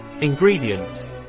ingredients